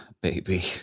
Baby